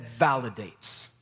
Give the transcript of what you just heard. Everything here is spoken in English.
validates